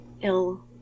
ill